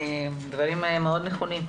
דברים מאוד נכונים.